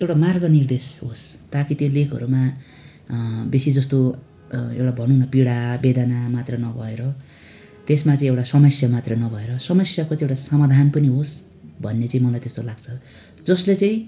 एउटा मार्ग निर्देश होस् ताकि त्यो लेखहरूमा बेसी जस्तो एउटा भनौँ न पीडा वेदना मात्र नभएर त्यसमा चाहिँ एउटा समस्या मात्र नभएर समस्याको चाहिँ एउटा समाधान पनि होस् भन्ने चाहिँ मलाई त्यस्तो लाग्छ जसले चाहिँ